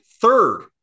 third